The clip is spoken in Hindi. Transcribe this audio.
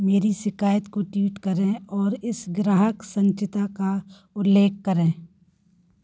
मेरी शिकायत को ट्वीट करें और इस ग्राहक संचिता का उल्लेख करें